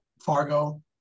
Fargo